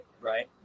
right